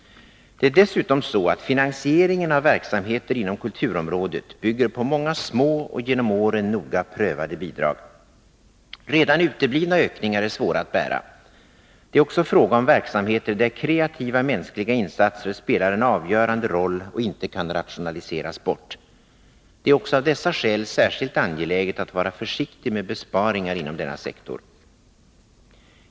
Det är dessutom så att finansieringen av verksamheten inom kulturområdet bygger på många små och genom åren noga prövade bidrag. Redan uteblivna ökningar är svåra att bära. Det är också fråga om verksamheter där kreativa mänskliga insatser spelar en avgörande roll och inte kan rationaliseras bort. Det är också av dessa skäl särskilt angeläget att vara försiktig med besparingar inom denna sektor.